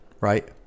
right